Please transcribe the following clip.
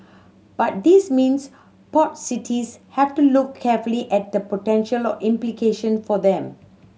but these means port cities have to look carefully at the potential implication for them